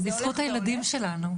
זה בזכות הילדים שלנו...